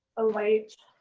a white